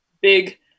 big